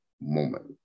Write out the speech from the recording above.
moment